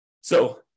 So-